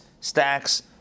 stacks